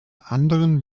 anderen